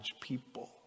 people